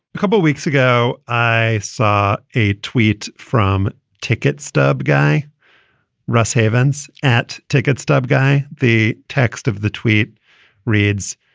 a couple weeks ago i saw a tweet from ticket stub guy russ havens at ticket stub guy. the text of the tweet reads,